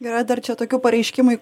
yra dar čia tokių pareiškimų